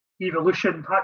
evolution